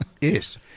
Yes